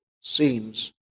seems